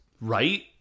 right